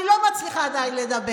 אני לא מצליחה עדיין לדבר.